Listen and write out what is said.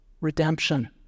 redemption